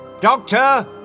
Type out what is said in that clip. Doctor